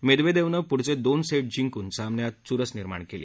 मेदवेदेवनं पुढचे दोन से जिंकून सामन्यात चुरस निर्माण केली